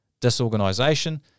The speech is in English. disorganisation